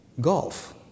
golf